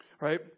right